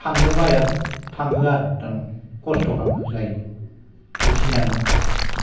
थांनो बाया थाङो आरो थारमाने खस्थ' खालामना जायो बेखिनियानो आरो